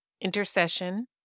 intercession